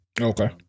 Okay